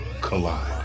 collide